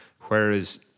Whereas